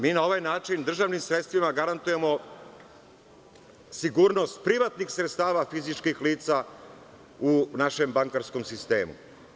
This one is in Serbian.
Mi na ovaj način državnim sredstvima garantujemo sigurnost privatnih sredstava fizičkih lica u našem bankarskom sistemu.